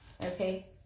Okay